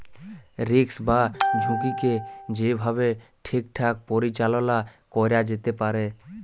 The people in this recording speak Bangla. রিস্ক বা ঝুঁকিকে যে ভাবে ঠিকঠাক পরিচাললা ক্যরা যেতে পারে